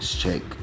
check